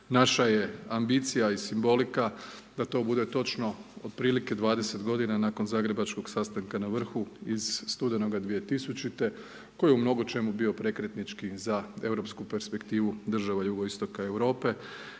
naša je ambicija i simbolika da to bude točno otprilike 20 godina nakon zagrebačkog sastanka na vrhu iz studenog 2000. koji je u mnogo čemu bio prekretnički za europsku perspektivu država jugoistoka Europe